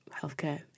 healthcare